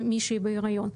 מישהי בהריון.